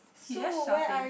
he just shouting